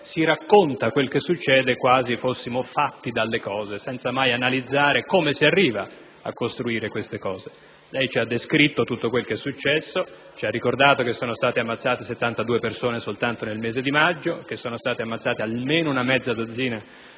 si racconta quel che succede quasi fossimo fatti dalle cose, senza mai analizzare come si arriva a costruire quelle cose. Ci ha descritto quello che è successo e ci ha ricordato che sono state ammazzate 72 persone soltanto nel mese di maggio e almeno una mezza dozzina